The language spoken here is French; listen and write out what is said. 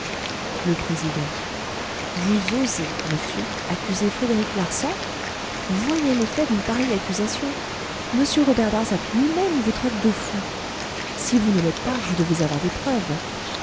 le président insista vous osez monsieur accuser frédéric larsan voyez l'effet d'une pareille accusation m robert darzac luimême vous traite de fou si vous ne l'êtes pas vous devez avoir des preuves